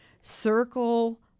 circle